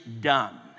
done